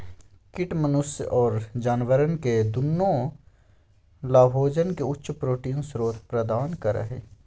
कीट मनुष्य और जानवरवन के दुन्नो लाभोजन के उच्च प्रोटीन स्रोत प्रदान करा हई